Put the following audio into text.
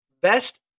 best